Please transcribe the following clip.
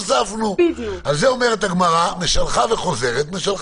חלק מהדברים האלה הם דברים